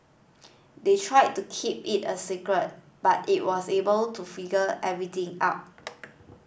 they tried to keep it a secret but it was able to figure everything out